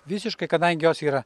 visiškai kadangi jos yra